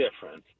difference